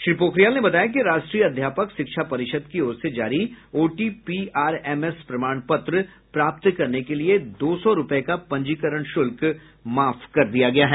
श्री पोखरियाल ने बताया कि राष्ट्रीय अध्यापक शिक्षा परिषद की ओर से जारी ओटीपीआरएमएस प्रमाण पत्र प्राप्त करने के लिए दो सौ रुपये का पंजीकरण शुल्क माफ कर दिया गया है